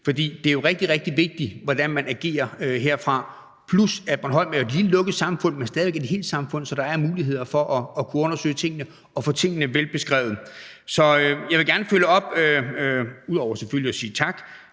For det er jo rigtig, rigtig vigtigt, hvordan man agerer herfra. Bornholm er jo et lille, lukket samfund, men stadig væk et helt samfund, så der er muligheder for at undersøge tingene og få tingene velbeskrevet. Så jeg vil gerne følge op – ud over selvfølgelig at sige tak